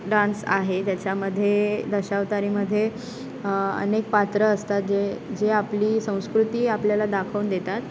dance आहे त्याच्यामध्ये दशावतारीमध्ये अनेक पात्रं असतात जे जे आपली संस्कृती आपल्याला दाखवून देतात